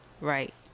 right